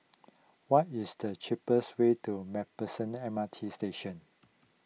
what is the cheapest way to MacPherson M R T Station